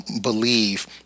believe